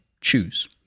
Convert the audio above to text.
choose